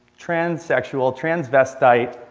transsexual, transvestite,